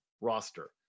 roster